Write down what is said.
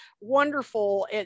wonderful